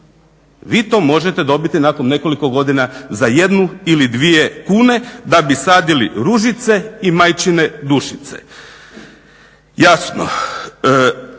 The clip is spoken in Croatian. vi to možete dobiti nakon nekoliko godina za 1 ili 2 kune da bi sadili ružice i majčine dušice. Jasno,